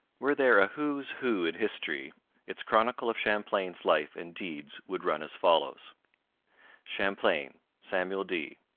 were there a who's who in history its chronicle of champlain's life and deeds would run as follows champlain, samuel de.